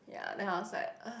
ya then I was like